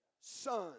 son